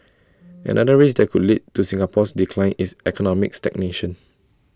another risk that could lead to Singapore's decline is economic stagnation